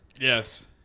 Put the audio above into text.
Yes